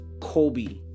Kobe